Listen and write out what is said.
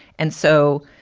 and so,